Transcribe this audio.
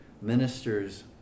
Ministers